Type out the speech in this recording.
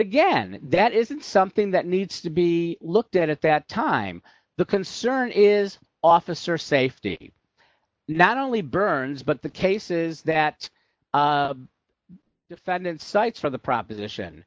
again that isn't something that needs to be looked at at that time the concern is officer safety not only burns but the cases that the defendant cites for the proposition